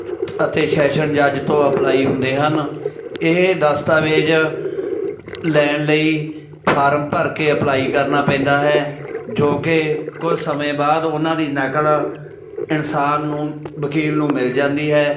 ਅਤੇ ਸੈਸ਼ਨ ਜੱਜ ਤੋਂ ਅਪਲਾਈ ਹੁੰਦੇ ਹਨ ਇਹ ਦਸਤਾਵੇਜ਼ ਲੈਣ ਲਈ ਫਾਰਮ ਭਰ ਕੇ ਅਪਲਾਈ ਕਰਨਾ ਪੈਂਦਾ ਹੈ ਜੋ ਕਿ ਕੁਝ ਸਮੇਂ ਬਾਅਦ ਉਹਨਾਂ ਦੀ ਨਕਲ ਇਨਸਾਨ ਨੂੰ ਵਕੀਲ ਨੂੰ ਮਿਲ ਜਾਂਦੀ ਹੈ